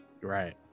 Right